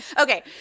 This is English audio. Okay